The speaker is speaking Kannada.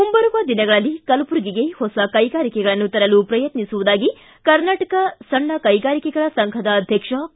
ಮುಂಬರುವ ದಿನಗಳಲ್ಲಿ ಕಲಬುರಗಿಗೆ ಹೊಸ ಕೈಗಾರಿಕೆಗಳನ್ನು ತರಲು ಪ್ರಯತ್ನಿಸುವುದಾಗಿ ಕರ್ನಾಟಕ ಸಣ್ಣ ಕೈಗಾರಿಕೆಗಳ ಸಂಘದ ಅಧ್ಯಕ್ಷ ಕೆ